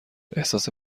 احساس